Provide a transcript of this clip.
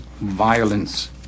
violence